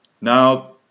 Now